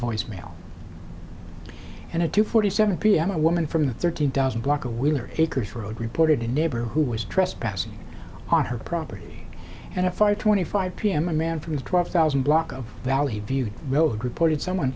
voicemail and at two forty seven p m a woman from the thirteen thousand block of wheeler acres road reported a neighbor who was trespassing on her property and a five twenty five p m a man from his twelve thousand block of valley view reported someone